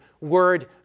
word